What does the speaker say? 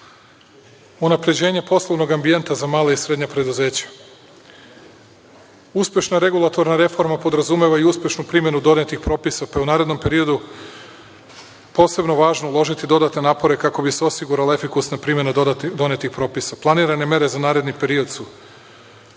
2016.“Unapređenje poslovnog ambijenta za mala i srednja preduzeća. Uspešna regulatorna reforma podrazumeva i uspešnu primenu donetih propisa pa je u narednom periodu posebno važno uložiti dodatne napore kako bi se osigurala efikasna primena donetih propisa. Planirane mere za naredni period su